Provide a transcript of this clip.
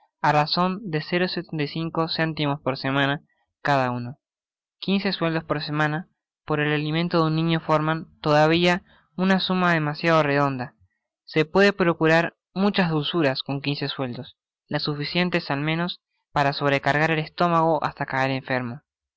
á razon de c por semana cada uno content from google book search generated at quince sueldos por semana por el alimento de un niño forman todavia una suma demasiado redonda se pueden procurar muchas dulzuras con sueldos las suficientes al menos para sobre cargar el estomago hasta caer enfermo